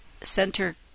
Center